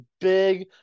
big